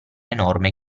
enorme